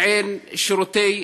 שירותי בריאות.